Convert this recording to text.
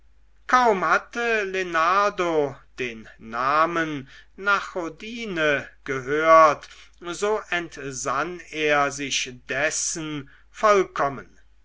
kaum hatte lenardo den namen nachodine gehört so entsann er sich dessen vollkommen